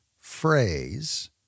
phrase—